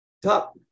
top